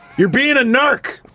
you're being a narc.